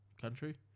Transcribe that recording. country